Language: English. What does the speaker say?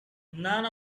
none